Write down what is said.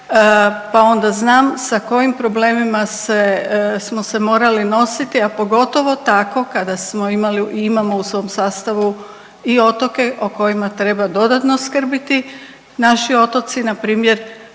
pa onda znam sa kojim problemima smo se morali nositi, a pogotovo tako kada smo imali i imamo u svom sastavu i otoke o kojima treba dodatno skrbiti. Naši otoci na primjer